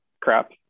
crap